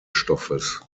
stoffes